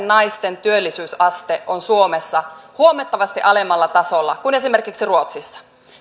naisten työllisyysaste on suomessa huomattavasti alemmalla tasolla kuin esimerkiksi ruotsissa